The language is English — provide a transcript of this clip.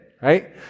right